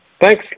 Thanks